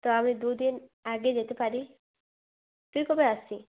তো আমি দু দিন আগে যেতে পারি তুই কবে আসছিস